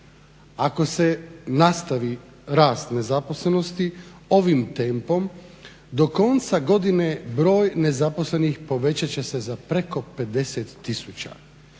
ako se nastavi rast nezaposlenosti ovim tempom do konca godine broj nezaposlenih povećat će se za preko 50 tisuća